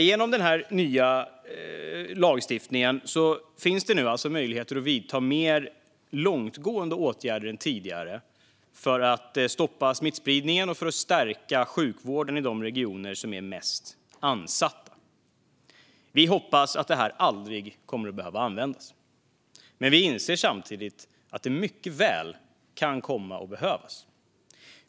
Genom den här nya lagstiftningen finns det nu alltså möjlighet att vidta mer långtgående åtgärder än tidigare för att stoppa smittspridningen och för att stärka sjukvården i de regioner som är mest ansatta. Vi hoppas att detta aldrig kommer att behöva användas, men vi inser samtidigt att det mycket väl kan komma att behövas.